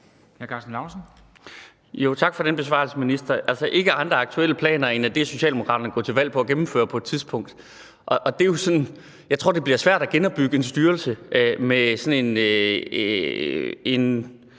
Tak for den besvarelse, minister. Altså er der ikke andre aktuelle planer end dem, Socialdemokraterne er gået til valg på at gennemføre på et tidspunkt. Jeg tror, det bliver svært at genopbygge en styrelse med sådan en